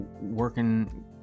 working